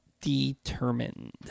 Determined